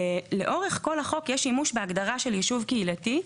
לאורך כל החוק יש שימוש בהגדרה של יישוב קהילתי.